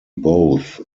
both